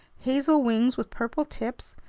hazel wings with purple tips,